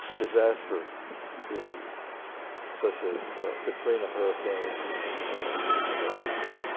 disaster issues such as katrina hurricane and and the oil spill.